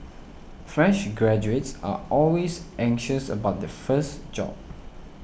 fresh graduates are always anxious about their first job